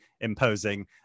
imposing